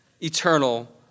eternal